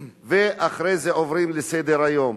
ואחרי זה עוברים לסדר-היום.